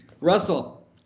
Russell